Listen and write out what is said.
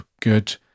good